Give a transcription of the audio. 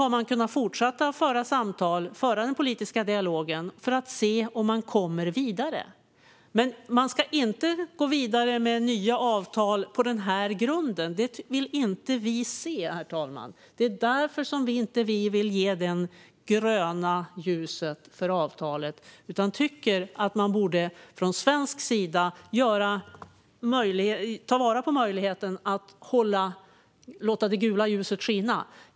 Man har kunnat fortsätta att föra samtal och föra den politiska dialogen för att se om man kommer vidare. Men man ska inte gå vidare med nya avtal på den här grunden. Det vill vi inte se, herr ålderspresident. Det är därför vi inte vill ge grönt ljus för avtalet. Vi tycker att man från svensk sida borde ta vara på möjligheten att låta det gula ljuset skina.